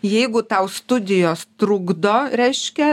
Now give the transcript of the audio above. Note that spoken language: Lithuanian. jeigu tau studijos trukdo reiškia